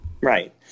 Right